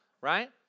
right